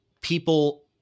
people